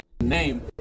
name